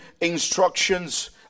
instructions